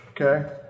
okay